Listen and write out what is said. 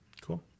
Cool